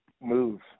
move